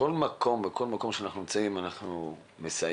בכל מקום בו אנחנו נמצאים אנחנו מסייעים